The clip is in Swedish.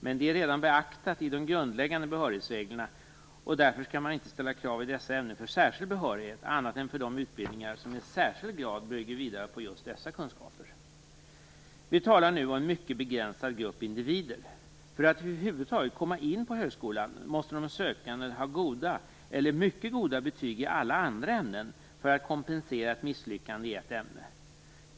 Men det är redan beaktat i de grundläggande behörighetsreglerna, och därför skall man inte ställa krav i dessa ämnen för särskild behörighet annat än för de utbildningar som i särskild grad bygger vidare på just dessa kunskaper. Vi talar nu om en mycket begränsad grupp individer. För att över huvud taget komma in på högskolan måste de sökande ha goda eller mycket goda betyg i alla andra ämnen för att kompensera ett misslyckande i ett ämne.